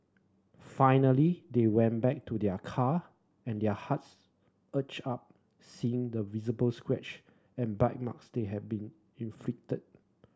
finally they went back to their car and their hearts ached upon seeing the visible scratch and bite marks that had been inflicted